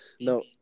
No